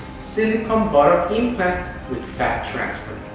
silicone buttock implants with fat transfer.